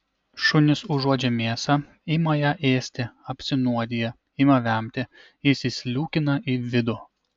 šunys užuodžia mėsą ima ją ėsti apsinuodija ima vemti jis įsliūkina į vidų